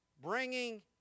bringing